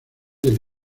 del